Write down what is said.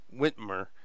Whitmer